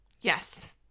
Yes